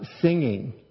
singing